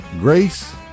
Grace